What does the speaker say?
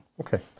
Okay